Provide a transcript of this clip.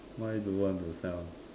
why do you want to sign on